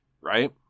right